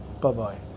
bye-bye